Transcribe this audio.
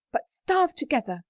but starve together.